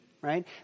right